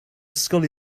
ysgol